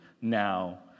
now